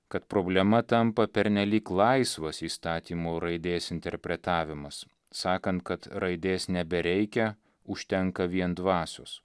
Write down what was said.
kad problema tampa pernelyg laisvas įstatymo raidės interpretavimas sakant kad raidės nebereikia užtenka vien dvasios